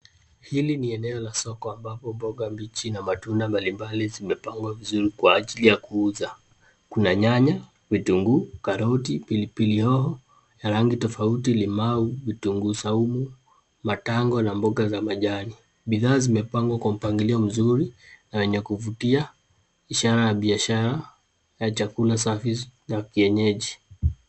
Hili ni eneo la soko ambapo mboga mbichi na matunda mbalimbali zimepangwa vizuri kwa ajili ya kuuza. Kuna nyanya, vitunguu, karoti, pilipili hoho ya rangi tofauti, limau, vitunguu saumu, matango na mboga za majani. Bidhaa zimepangwa kwa mpangilio mzuri na yenye kuvutia, ishara ya biashara ya chakula safi za kienyeji.